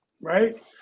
right